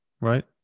right